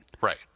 right